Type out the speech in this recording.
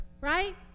Right